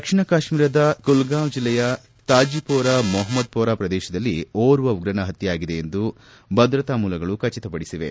ದಕ್ಷಿಣ ಕಾಶ್ಮೀರದ ಕುಲ್ಗಾಂ ಜಿಲ್ಲೆಯ ತಾಜಿಪೋರಾ ಮೊಹಮದ್ಪೋರಾ ಪ್ರದೇಶದಲ್ಲಿ ಓರ್ವ ಉಗ್ರನ ಹತ್ನೆಯಾಗಿದೆ ಎಂದು ಭದ್ರತಾ ಮೂಲಗಳು ಖಚಿತಪಡಿಸಿವೆ